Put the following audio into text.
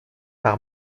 par